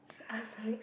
she asked for it